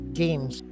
games